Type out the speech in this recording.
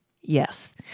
Yes